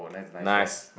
nice